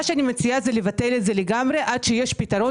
אני מציעה לבטל את זה לגמרי עד שיש פתרון